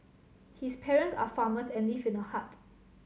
his parents are farmers and live in a hut